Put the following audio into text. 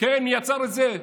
מי יצר את זה?